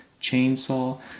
chainsaw